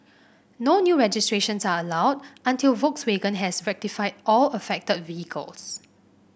no new registrations are allowed until Volkswagen has rectified all affected vehicles